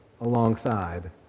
alongside